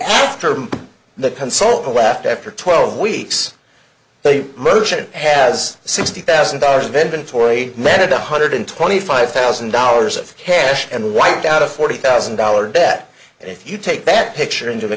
after the consultant left after twelve weeks the merchant has sixty thousand dollars of inventory many of the hundred twenty five thousand dollars of cash and wiped out a forty thousand dollar debt and if you take that picture into the